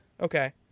Okay